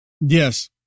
yes